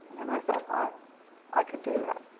and i thought, i i could do that.